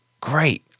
great